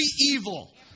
evil